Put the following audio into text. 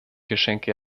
geschenke